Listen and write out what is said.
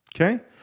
Okay